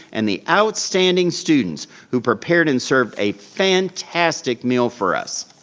and the outstanding students, who prepared and served a fantastic meal for us.